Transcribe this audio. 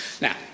Now